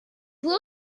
bruce